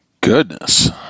Goodness